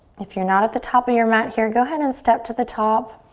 if you're not at the top of your mat here, go ahead and step to the top.